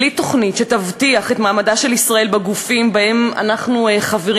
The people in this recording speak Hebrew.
בלי תוכנית שתבטיח את מעמדה של ישראל בגופים שבהם אנחנו חברים